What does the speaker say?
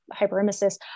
hyperemesis